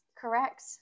correct